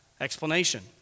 explanation